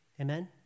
Amen